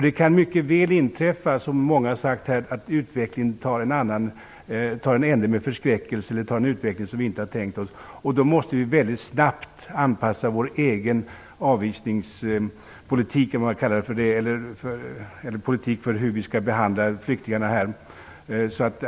Det kan mycket väl inträffa att utvecklingen blir en annan än den vi har tänkt oss. Då måste vi mycket snabbt anpassa vår egen avvisningspolitik så inte någon utsätts för något som kan vara ödesdigert.